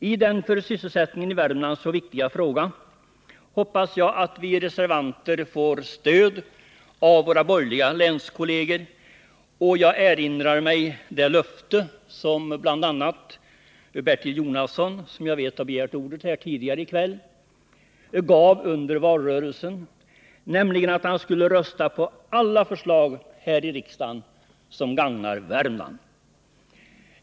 I denna för sysselsättningen i Värmland så viktiga fråga hoppas jag att vi reservanter får stöd av våra borgerliga länskolleger. Jag erinrar mig det löfte som bl.a. Bertil Jonasson, som jag vet har begärt ordet, gav under valrörelsen, nämligen att rösta på alla förslag här i riksdagen som gagnar Värmland.